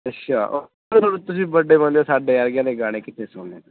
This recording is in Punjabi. ਅੱਛਾ ਫਿਰ ਹੁਣ ਤੁਸੀਂ ਵੱਡੇ ਬੰਦੇ ਹੋ ਸਾਡੇ ਵਰਗਿਆਂ ਦੇ ਗਾਣੇ ਕਿੱਥੇ ਸੁਣਨੇ ਤੁਸੀਂ